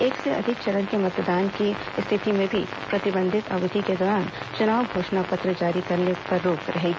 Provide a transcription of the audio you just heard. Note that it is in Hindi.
एक से अधिक चरण के मतदान की स्थिति में भी प्रतिबंधित अवधि के दौरान चुनाव घोषणा पत्र जारी करने पर रोक रहेगी